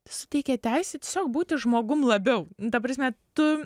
suteikia teisę tiesiog būti žmogum labiau ta prasme tu